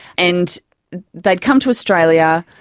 and they had come to australia,